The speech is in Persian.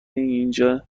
اینجا